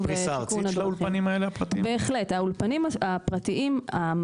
--- יש פריסה ארצית לאולפנים הפרטיים האלה?